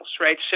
right